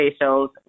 facials